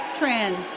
tran.